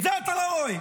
את זה אתה לא רואה.